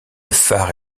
phare